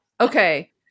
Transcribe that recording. Okay